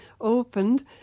opened